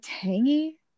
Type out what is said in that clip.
tangy